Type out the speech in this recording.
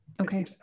Okay